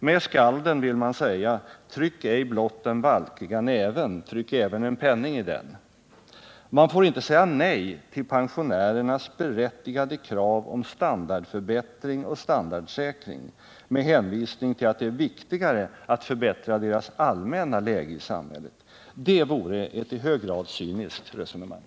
Med skalden vill man säga: ”Tryck ej blott den valkiga näven, tryck även en penning iden!” Man får inte säga nej till pensionärernas berättigade krav på standardförbättring och standardsäkring med hänvisning till att det är viktigare att förbättra deras allmänna läge i samhället. Det vore ett i hög grad cyniskt resonemang.